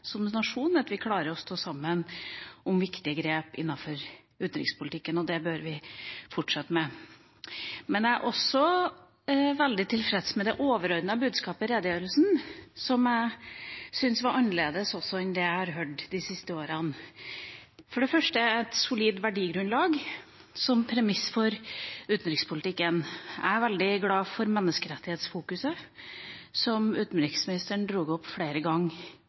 at vi som nasjon klarer å stå sammen om viktige grep innenfor utenrikspolitikken, og det bør vi fortsette med. Jeg er også veldig tilfreds med det overordnede budskapet i redegjørelsen, som jeg syns var annerledes enn det jeg har hørt de siste årene. For det første er det et solid verdigrunnlag som premiss for utenrikspolitikken. Jeg er veldig glad for menneskerettighetsfokuset som utenriksministeren dro fram flere ganger